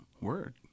Word